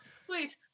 sweet